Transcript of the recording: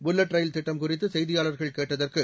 bullet rail திட்டம் குறித்து செய்தியாளர்கள் கேட்டதற்கு